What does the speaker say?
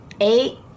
Eight